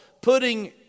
putting